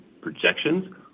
projections